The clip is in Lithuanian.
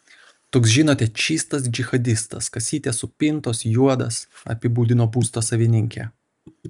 toks žinote čystas džihadistas kasytės supintos juodas apibūdino būsto savininkė